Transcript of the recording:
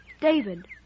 David